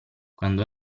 quando